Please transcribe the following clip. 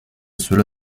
cela